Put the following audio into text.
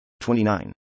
29